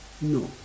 No